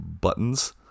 buttons